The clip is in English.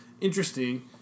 Interesting